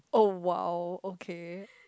oh !wow! okay